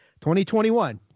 2021